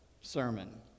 sermon